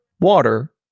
water